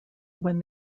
when